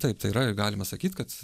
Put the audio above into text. taip tai yra ir galima sakyt kad